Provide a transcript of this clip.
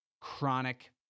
chronic